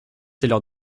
l’heure